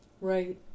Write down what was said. Right